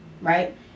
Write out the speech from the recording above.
Right